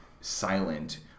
silent